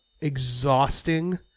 exhausting